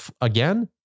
again